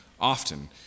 often